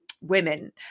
women